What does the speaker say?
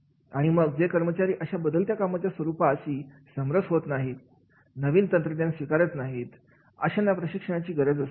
आणि मग जे कर्मचारी अशा बदलत्या कामाच्या स्वरूपाची समरस होत नाहीत नवीन तंत्रज्ञान स्वीकारत नाही अशांना प्रशिक्षणाची गरज असते